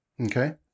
Okay